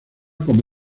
como